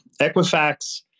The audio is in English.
Equifax